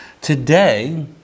today